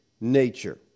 nature